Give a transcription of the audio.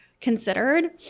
considered